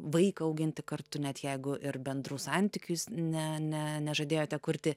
vaiką auginti kartu net jeigu ir bendrus santykius ne ne nežadėjote kurti